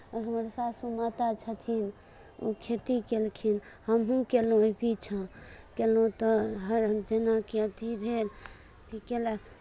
हमर सासू माता छथिन ओ खेती कयलखिन हमहूँ कयलहुँ ओहि पीछाँ कयलहुँ तऽ हर जेनाकि अथि भेल अथि कयलक